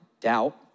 doubt